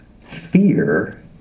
fear